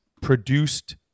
produced